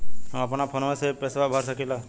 हम अपना फोनवा से ही पेसवा भर सकी ला?